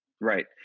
right